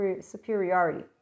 superiority